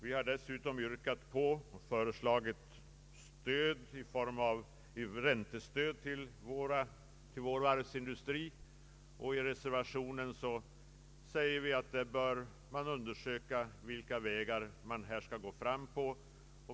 Vi har dessutom yrkat på ett räntestöd till vår varvsindustri. I utskottsutlåtandet säger vi att man bör undersöka vilka vägar man här skall gå fram på.